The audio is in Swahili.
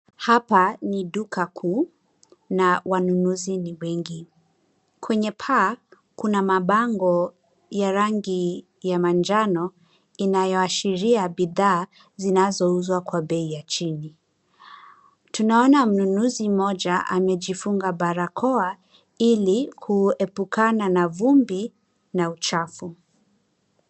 Hapa ni duka kuu na wanunuzi ni wengi. Kwenye paa kuna mabango ya rangi ya manjano inayoashiria bidhaa zinazouzwa kwa bei ya chini. Tunaona mnunuzi mmoja amejifunga barakoa ili kuuepukana na vumbi na uchafu.